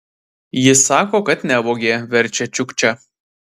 jis sako kad nevogė verčia čiukčia